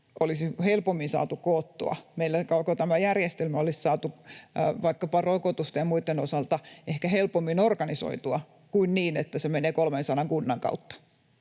olisi helpommin saatu koottua. Meillä koko tämä järjestelmä olisi saatu vaikkapa rokotusten ja muitten osalta ehkä helpommin organisoitua kuin niin, että se menee 300 kunnan kautta,